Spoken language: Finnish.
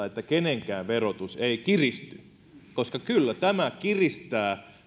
että kenenkään verotus ei kiristy kuten täällä sanotaan usein salissa koska kyllä tämä kiristää